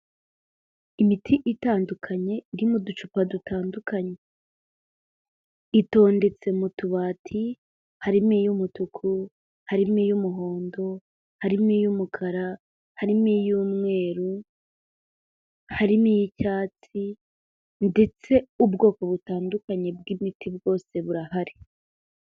Imiti itandukanye irimo uducupa dutandukanye. Itondetse mu tubati harimo iy'umutuku, harimo iy'umuhondo, harimo iy'umukara, harimo iy'umweru, harimo iy'icyatsi ndetse ubwoko butandukanye bw'ibiti bwose burahari.